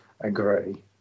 agree